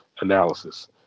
analysis